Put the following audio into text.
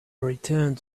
returned